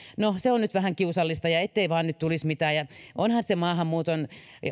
no se on nyt vähän kiusallista ja ettei vaan nyt tulisi mitään ja ovathan maahanmuuton